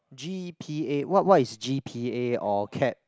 G_P_A what what is G_P_A or cap